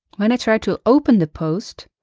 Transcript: when i try to open the post,